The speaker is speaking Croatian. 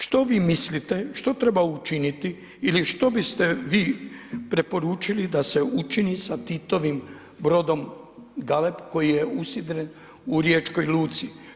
Što vi mislite, što treba učiniti ili što biste vi preporučili da se učini sa Titovim brodom Galeb koji je usidren u Riječkoj luci?